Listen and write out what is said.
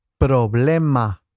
problema